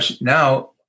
now